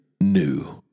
new